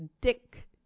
Dick